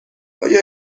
آیا